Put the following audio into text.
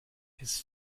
his